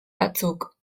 batzuk